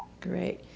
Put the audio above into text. Great